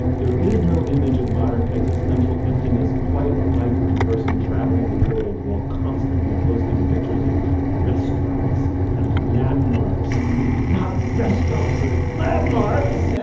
there is no image of modern existential emptiness quite like the person travelling the world while constantly posting pictures of restaurants and landmarks not restaurants and landmarks